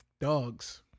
Dogs